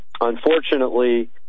unfortunately